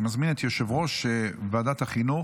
אני מזמין את יושב-ראש ועדת החינוך,